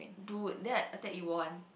dude then after that you won